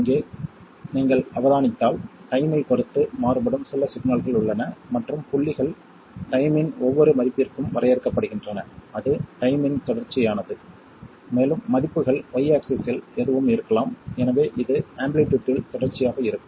இங்கே நீங்கள் அவதானித்தால் டைம் ஐப் பொறுத்து மாறுபடும் சில சிக்னல்கள் உள்ளன மற்றும் புள்ளிகள் டைம் இன் ஒவ்வொரு மதிப்பிற்கும் வரையறுக்கப்படுகின்றன அது டைம் இன் தொடர்ச்சியானது மேலும் மதிப்புகள் y ஆக்ஸிஸ்ஸில் எதுவும் இருக்கலாம் எனவே இது ஆம்ப்ளிடியூட்டில் தொடர்ச்சியாக இருக்கும்